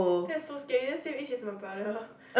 that's so scary that is same age as my brother